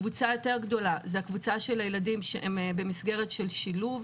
הקבוצה היותר גדולה זה הקבוצה של הילדים שהם במסגרת של שילוב,